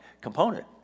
component